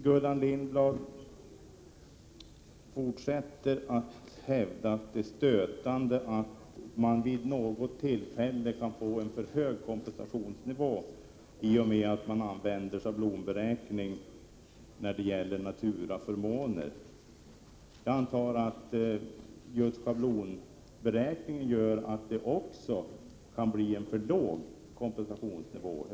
Gullan Lindblad fortsätter att hävda att det är stötande att man vid något tillfälle kan få en för hög kompensationsnivå i och med att man tillämpar en schablonberäkning beträffande naturaförmåner. Jag antar att schablonberäkningen gör att man också kan få en för låg kompensationsnivå.